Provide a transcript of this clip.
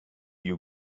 you